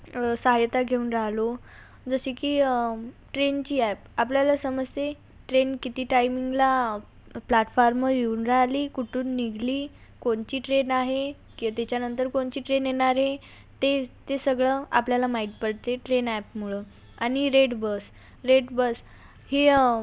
साह्यता घेऊन राहलो जशी की ट्रेनची ॲप आपल्याला समजते ट्रेन किती टाईमिंगला प्लॅटफॉर्मवर येऊन राहिली कुठून निघाली कोणची ट्रेन आहे किंवा त्याच्यानंतर कोणची ट्रेन येणार आहे ते ते सगळं आपल्याला माहीत पडते ट्रेन ॲपमुळं आणि रेड बस रेड बस ही